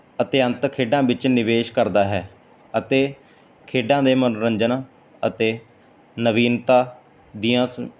ਅਤੇ ਅੰਤ ਖੇਡਾਂ ਵਿੱਚ ਨਿਵੇਸ਼ ਕਰਦਾ ਹੈ ਅਤੇ ਖੇਡਾਂ ਦੇ ਮਨੋਰੰਜਨ ਅਤੇ ਨਵੀਨਤਾ ਦੀਆਂ